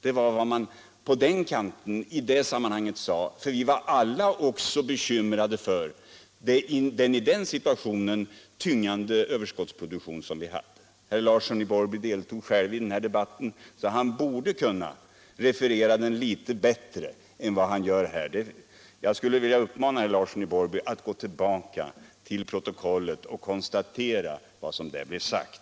Det var vad man på den kanten i det sammanhanget ansåg. Skillnaden var inte stor. Vi var då alla bekymrade för den i rådande situation tyngande överskottsproduktionen. Herr Larsson i Borrby deltog själv i den debatten och borde kunna referera den litet bättre än vad han gör här. Jag skulle vilja uppmana herr Larsson i Borrby att gå tillbaka till protokollet och konstatera vad som sades den gången.